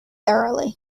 thoroughly